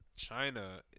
China